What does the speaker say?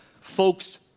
Folks